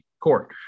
court